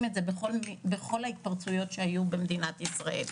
את זה בכל ההתפרצויות שהיו במדינת ישראל.